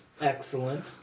excellent